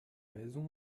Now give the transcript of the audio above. raisons